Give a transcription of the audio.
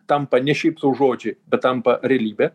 tampa ne šiaip sau žodžiai bet tampa realybe